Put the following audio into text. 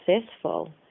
successful